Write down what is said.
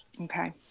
Okay